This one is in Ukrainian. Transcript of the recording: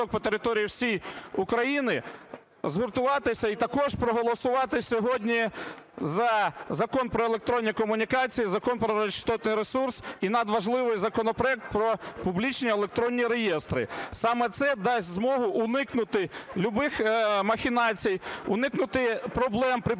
радіочастотний ресурс і надважливий законопроект про публічні електронні реєстри. Саме це дасть змогу уникнути любих махінацій, уникнути проблем при побудові,